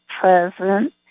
present